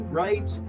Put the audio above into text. right